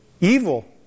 evil